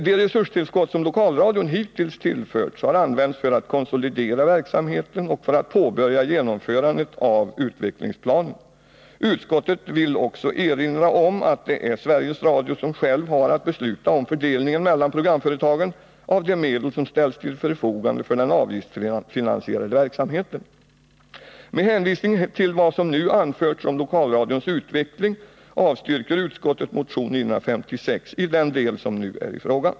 De resurstillskott som lokalradion hittills tillförts har använts för att konsolidera verksamheten och för att påbörja genomförandet av utvecklingsplanen. Utskottet vill också erinra om att det är Sveriges Radio som själv har att besluta om fördelningen mellan programföretagen av de medel som ställs till förfogande för den avgiftsfinansierade verksamheten. Med hänvisning till vad som nu anförts om lokalradions utveckling avstyrker utskottet motion 956 i den del som nu är i fråga.